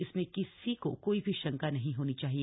इसमें किसी को कोई शंका नहीं होनी चाहिए